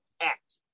Act